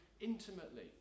intimately